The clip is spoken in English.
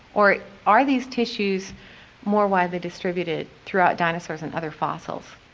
or are these tissues more widely distributed throughout dinosaurs and other fossils?